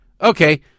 Okay